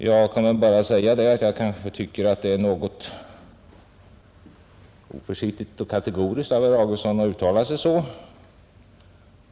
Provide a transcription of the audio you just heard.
Jag kan bara säga att jag tycker att det är något oförsiktigt och kategoriskt av herr Augustsson att uttala sig så.